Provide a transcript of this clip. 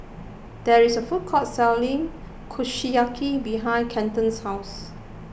there is a food court selling Kushiyaki behind Kenton's house